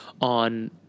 on